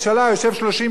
אי-אפשר להיפטר ממנו.